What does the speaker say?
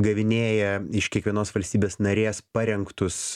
gavinėja iš kiekvienos valstybės narės parengtus